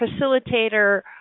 facilitator